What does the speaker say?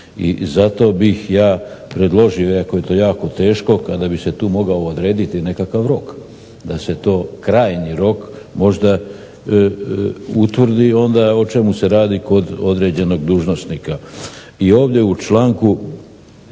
I zato bih ja predložio, iako je to jako teško, kada bi se tu mogao odrediti nekakav rok, da se to, krajnji rok možda utvrdi, onda o čemu se radi kod određenog dužnosnika. I ovdje u članku